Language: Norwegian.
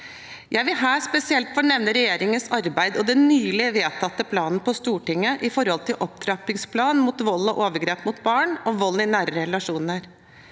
Jeg vil her spesielt få nevne regjeringens arbeid og den nylig vedtatte planen på Stortinget – en opptrap pingsplan mot vold og overgrep mot barn og vold i nære relasjoner.